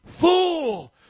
fool